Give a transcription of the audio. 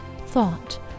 thought